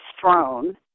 throne